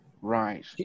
Right